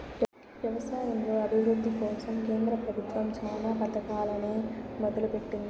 వ్యవసాయంలో అభివృద్ది కోసం కేంద్ర ప్రభుత్వం చానా పథకాలనే మొదలు పెట్టింది